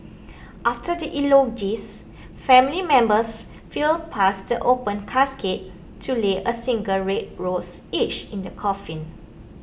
after the eulogies family members filed past the open casket to lay a single red rose each in the coffin